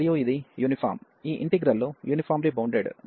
మరియు ఇది యూనిఫామ్ ఈ ఇంటిగ్రల్ లు యూనిఫామ్లి బౌండెడ్ గా ఉంటాయి